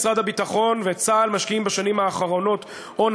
משרד הביטחון וצה"ל משקיעים בשנים האחרונות הון